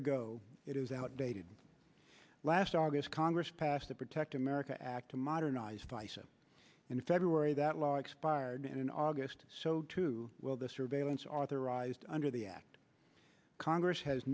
ago it was outdated last august congress passed the protect america act to modernize faisel and in february that law expired in august so too will the surveillance authorized under the act congress has